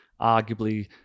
arguably